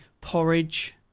Porridge